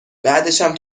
بعدشم